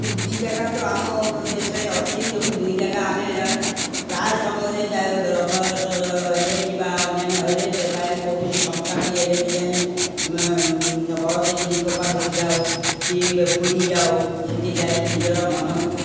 ଦୁଇ ଜାଗା ତ ଆମ ଦେଶରେ ଅଛି ତେଣୁ ଦୁଇ ଜାଗା ଆମେ ପ୍ରାୟ ସମୟରେ ଯାଏ ରଥ ହେଲେ କିମ୍ବା ଅନ୍ୟାନ୍ୟ ହେଲେ ସେପାଇଁ କୌଣସି ସଂକ୍ରାନ୍ତି ହେଲେ ବି ଯାଇଁ ବଳଦେବୀ ଜିଉଙ୍କ ପାଖକୁ ଯାଉ କି ପୁରୀ ଯାଉ ସେଇଠି ଯାଇ ନିଜର ମନକୁ